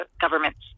government's